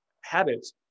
habits